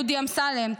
דודי אמסלם,